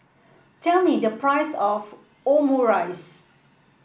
tell me the price of Omurice